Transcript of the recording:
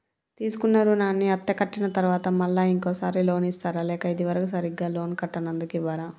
తీసుకున్న రుణాన్ని అత్తే కట్టిన తరువాత మళ్ళా ఇంకో సారి లోన్ ఇస్తారా లేక ఇది వరకు సరిగ్గా లోన్ కట్టనందుకు ఇవ్వరా?